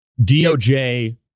DOJ